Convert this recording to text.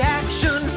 action